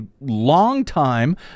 longtime